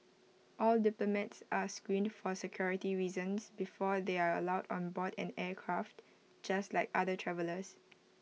all diplomats are screened for security reasons before they are allowed on board an aircraft just like other travellers